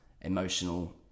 emotional